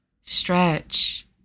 Stretch